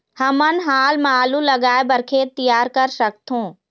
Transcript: हमन हाल मा आलू लगाइ बर खेत तियार कर सकथों?